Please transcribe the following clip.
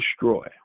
destroy